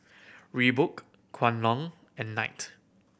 Reebok Kwan Loong and Knight